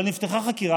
אבל נפתחה חקירה,